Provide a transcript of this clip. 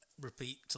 Repeat